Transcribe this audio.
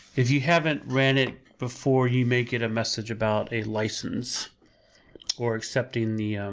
if you haven't ran it before you may get a message about a license or accepting the